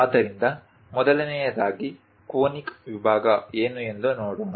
ಆದ್ದರಿಂದ ಮೊದಲನೆಯದಾಗಿ ಕೋನಿಕ್ ವಿಭಾಗ ಏನು ಎಂದು ನೋಡೋಣ